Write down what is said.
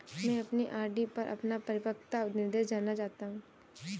मैं अपनी आर.डी पर अपना परिपक्वता निर्देश जानना चाहता हूँ